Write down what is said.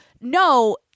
no